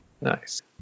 Nice